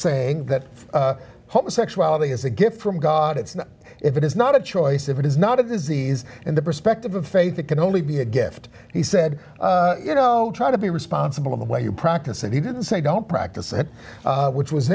saying that homosexuality is a gift from god it's not if it is not a choice if it is not a disease in the perspective of faith it can only be a gift he said you know try to be responsible in the way you practice and he didn't say don't practice it which was